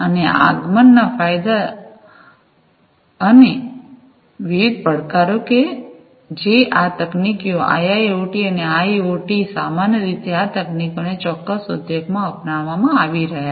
અને આગમનના ફાયદા અને વિવિધ પડકારો જે આ તકનીકીઓ આઈઆઈઑટી અને આઈઑટી સામાન્ય રીતે આ તકનીકોને ચોક્કસ ઉદ્યોગમાં અપનાવવામાં આવી રહ્યા છે